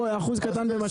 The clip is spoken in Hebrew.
מעביר כמות מפה לפה,